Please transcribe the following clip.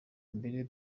mbere